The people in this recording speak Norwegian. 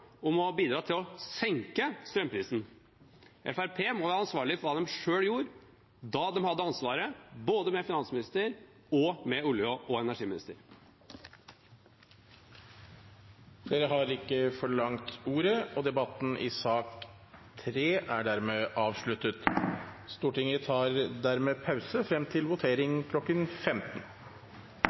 om å bidra til å senke strømprisen. Fremskrittspartiet må ta ansvar for hva de selv gjorde da de hadde ansvaret, både med finansministeren og olje- og energiministeren. Flere har ikke bedt om ordet til sak nr. 3. Sakene på dagens kart er ferdig debattert, og Stortinget tar da pause fram til votering kl. 15.